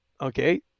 Okay